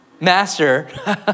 Master